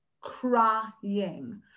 crying